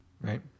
right